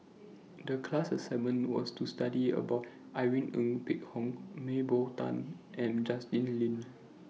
The class assignment was to study about Irene Ng Phek Hoong Mah Bow Tan and Justin Lean